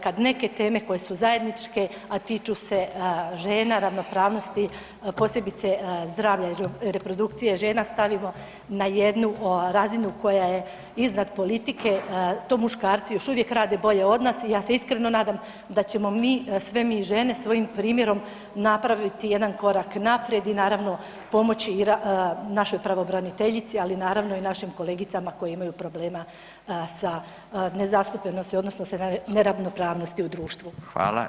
Kad neke teme koje su zajedničke, a tiču se žena, ravnopravnosti, posebice zdravlja i reprodukcije žena stavimo na jednu razinu koja je iznad politike, to muškarci još uvijek rade bolje od nas i ja se iskreno nadam da ćemo mi sve mi žene svojim primjerom napraviti jedan korak naprijed i naravno pomoći i našoj pravobraniteljici ali naravno i našim kolegicama koje imaju problema sa nezastupljenosti odnosno s neravnopravnosti u društvu.